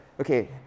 okay